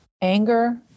Anger